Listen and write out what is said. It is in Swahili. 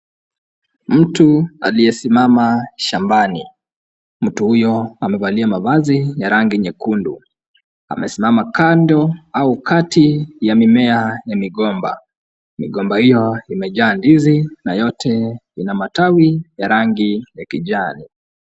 Mtu aliyesimama shambani. Mtu huyo amevalia mavazi ya rangi nyekundu. Amesimama kando au kati ya mimea ya migomba. Migomba hiyo imejaa ndizi na yote vina matawi ya rangi ya kijani.